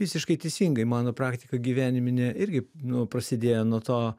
visiškai teisingai mano praktika gyveniminė irgi nu prasidėjo nuo to